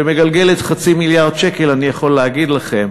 שמגלגלת חצי מיליארד שקלים, אני יכול להגיד לכם